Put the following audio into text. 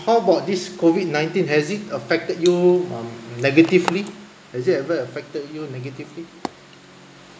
how about this COVID nineteen has it affected you um negatively has it ever affected you negatively